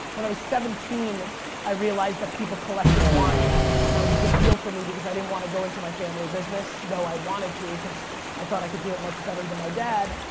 when i was seventeen i realized that people collected wine and that was a big deal for me because i didn't want to go into my family business though i wanted to cause i thought i could do much better than my dad.